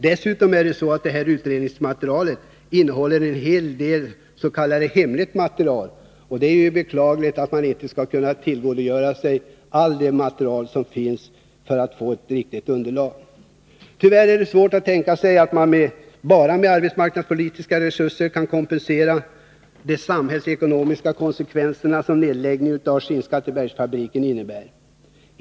Dessutom innehåller utredningen en hel del s.k. hemligt material. Det är beklagligt att man inte har tillgång till allt material som finns. På det sättet kan man inte få ett riktigt underlag för sin bedömning. Tyvärr är det svårt att tänka sig att man bara med arbetsmarknadspolitiska insatser skall kunna kompensera de samhällsekonomiska konsekvenser som nedläggningen av Skinnskattebergsfabriken innebär.